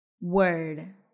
Word